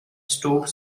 stowe